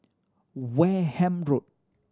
Wareham Road